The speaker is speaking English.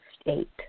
state